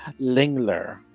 Lingler